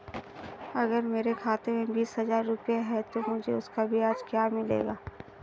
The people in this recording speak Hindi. अगर मेरे खाते में बीस हज़ार रुपये हैं तो मुझे उसका ब्याज क्या मिलेगा?